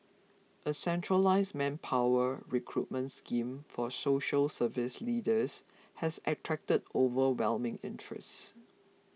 a centralised manpower recruitment scheme for social service leaders has attracted overwhelming interest